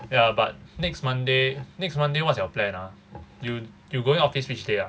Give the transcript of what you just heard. ya but next monday next monday what's your plan ah you you going office which day ah